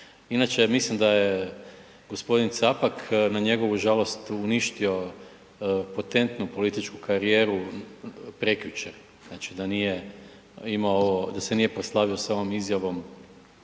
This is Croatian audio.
Inače, mislim da je gospodin Capak na njegovu žalost uništio potentnu političku karijeru prekjučer, znači da nije imao, da se nije proslavio sa ovom izjavom